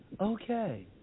Okay